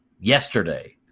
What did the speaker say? Yesterday